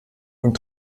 und